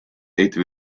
eten